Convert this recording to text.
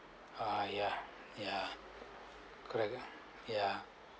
ah ya ya correct correct ya